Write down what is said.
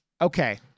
okay